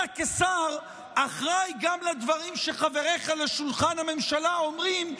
אתה כשר אחראי גם לדברים שחבריך לשולחן הממשלה אומרים,